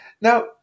Now